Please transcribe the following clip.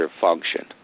function